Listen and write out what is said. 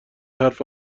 حرف